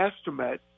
estimate